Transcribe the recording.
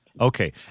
Okay